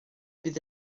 bydd